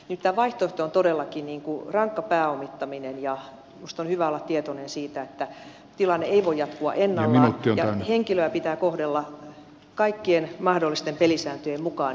nimittäin vaihtoehto on todellakin rankka pääomittaminen ja minusta on hyvä olla tietoinen siitä että tilanne ei voi jatkua ennallaan ja henkilöstöä pitää kohdella kaikkien mahdollisten pelisääntöjen mukaan